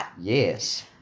Yes